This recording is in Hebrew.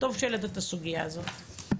טוב שהעלית את הסוגיה הזאת.